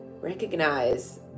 Recognize